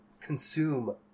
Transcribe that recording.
consume